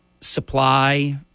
supply